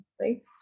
right